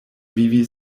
vivi